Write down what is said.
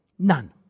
None